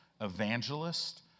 evangelist